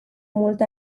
mult